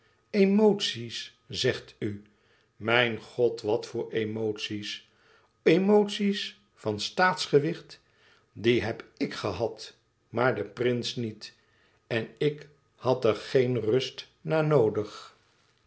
geslacht emoties zegt u mijn god wat voor emoties emoties van staatsgewicht die heb ik gehad maar de prins niet en k had er geen rust na noodig